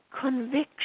conviction